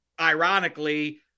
ironically